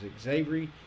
Xavier